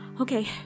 okay